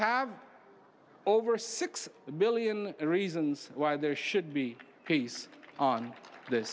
have over six billion reasons why there should be peace on th